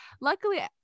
luckily